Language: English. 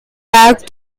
back